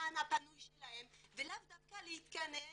בזמן הפנוי שלהם ולאו דווקא להתכנס